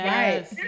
Yes